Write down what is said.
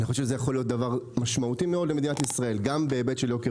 זה יכול להיות דבר מאוד משמעותי למדינת ישראל גם בהיבט של יוקר